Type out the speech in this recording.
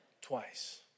twice